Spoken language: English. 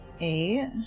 Eight